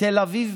תל אביב,